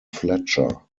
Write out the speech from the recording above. fletcher